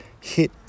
hit